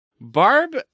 Barb